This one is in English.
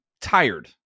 tired